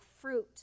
fruit